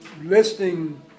listing